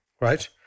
right